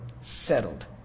settled